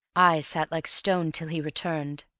i sat like stone till he returned.